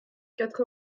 quatre